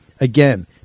Again